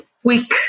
Quick